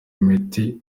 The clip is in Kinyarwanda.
imiti